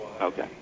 Okay